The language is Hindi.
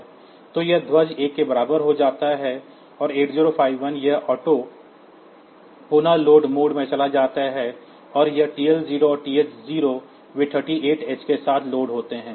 तो यह ध्वज 1 के बराबर हो जाता है और 8051 यह ऑटो पुनः लोड मोड में चला जाता है और यह TL0 और TH0 वे 38h के साथ लोड होते हैं